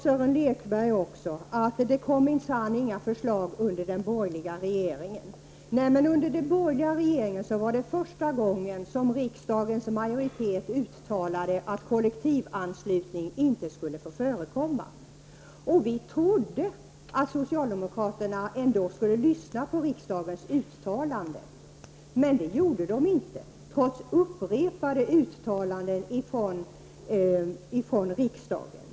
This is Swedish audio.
Sören Lekberg sade tidigare att det minsann inte kom några förslag under den borgerliga regeringstiden. Det var under en borgerlig regering som riksdagens majoritet för första gången uttalade att kollektivanslutning inte skulle få förekomma. Vi trodde att socialdemokraterna ändå skulle lyssna på riksdagens uttalande, men det gjorde de inte trots upprepade uttalanden från riksdagen.